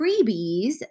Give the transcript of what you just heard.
freebies